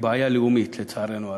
לאומית, לצערנו הרב,